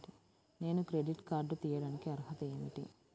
నేను credit card తీయడానికి అర్హత ఏమిటి?